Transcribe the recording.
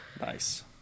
Nice